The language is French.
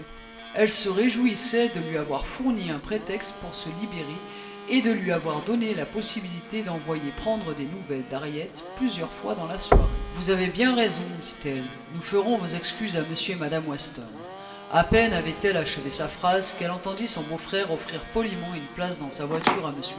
elle se réjouissait de lui avoir fourni un prétexte pour se libérer et de lui avoir donné la possibilité d'envoyer prendre des nouvelles d'harriet plusieurs fois dans la soirée vous avez bien raison dit-elle nous ferons vos excuses à m et à mme weston à peine avait-elle achevé sa phrase qu'elle entendit son beau-frère offrir poliment une place dans sa voiture